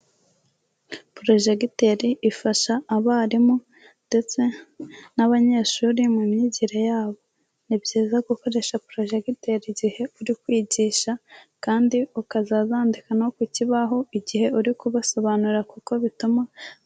Projecteur ifasha abarimu ndetse n'abanyeshuri mu myigire yabo, ni byiza gukoresha projegiteri igihe uri kwigisha kandi ukazaza wandika no ku kibaho igihe uri kubasobanurira kuko bituma...